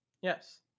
Yes